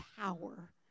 power